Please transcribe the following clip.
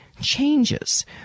changes